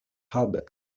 halved